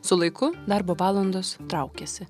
su laiku darbo valandos traukėsi